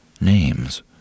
names